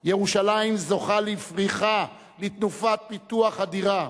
ירושלים זוכה לפריחה, לתנופת פיתוח אדירה,